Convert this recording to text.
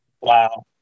Wow